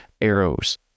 arrows